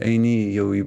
eini jau į